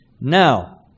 Now